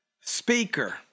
speaker